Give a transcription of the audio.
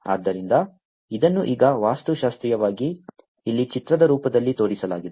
ಆದ್ದರಿಂದ ಇದನ್ನು ಈಗ ವಾಸ್ತುಶಾಸ್ತ್ರೀಯವಾಗಿ ಇಲ್ಲಿ ಚಿತ್ರದ ರೂಪದಲ್ಲಿ ತೋರಿಸಲಾಗಿದೆ